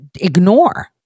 ignore